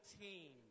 team